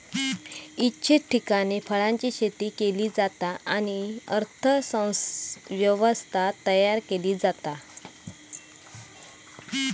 इच्छित ठिकाणी फळांची शेती केली जाता आणि अर्थ व्यवस्था तयार केली जाता